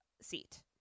seat